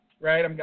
right